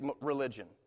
religion